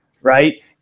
right